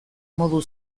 modu